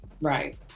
Right